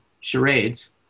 Charades